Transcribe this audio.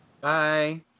Bye